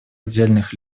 отдельных